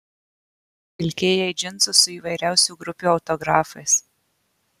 vilkėjai džinsus su įvairiausių grupių autografais